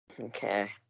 Okay